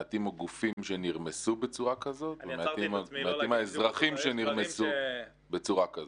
מעטים הגופים שנרמסו בצורה כזאת ומעטים האזרחים שנרמסו בצורה כזאת.